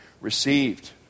received